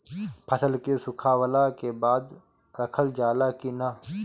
फसल के सुखावला के बाद रखल जाला कि न?